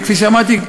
כפי שאמרתי,